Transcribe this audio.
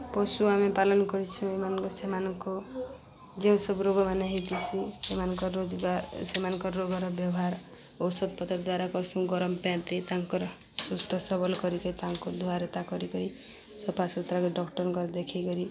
ପଶୁ ଆମେ ପାଳନ କରିଚୁଁ ଏମାନଙ୍କ ସେମାନଙ୍କୁ ଯେଉଁ ସବୁ ରୋଗମାନେ ହେଇଥିସି ସେମାନଙ୍କ ରୋଜଗାର ସେମାନଙ୍କ ରୋଗର ବ୍ୟବହାର ଔଷଧ ପତ୍ର ଦ୍ଵାରା କର୍ସୁଁ ଗରମ୍ ପାଏନ୍ଥି ତାଙ୍କର୍ ସୁସ୍ଥ ସବଲ କରିକି ତାଙ୍କୁ ଧୁଆରେତା କରିକରି ସଫା ସୁୁତୁରାରେ ଡକ୍ଟର୍ଙ୍କର୍ ଦେଖେଇକରି